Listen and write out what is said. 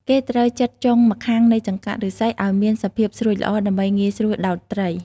គេត្រូវចិតចុងម្ខាងនៃចង្កាក់ឫស្សីឲ្យមានសភាពស្រួចល្អ ដើម្បីងាយស្រួលដោតត្រី។